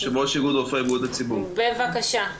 יושב-ראש איגוד רופאי איגוד הציבור בהסתדרות הרפואית.